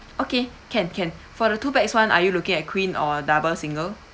okay can can for the two pax one are you looking at queen or double single